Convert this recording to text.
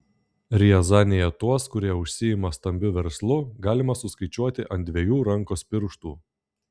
riazanėje tuos kurie užsiima stambiu verslu galima suskaičiuoti ant dviejų rankos pirštų